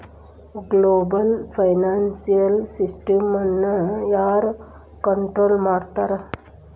Global financial ಸಿಸ್ಟಮ್ನ ಯಾರ್ control ಮಾಡ್ತಿರ್ತಾರ?